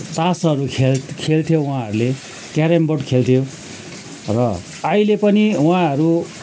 तासहरू खेल खेलथ्यो उहाँहरूले क्यारम बोर्ड खेल्थ्यो र आहिले पनि उहाँहरू